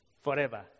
forever